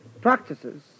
practices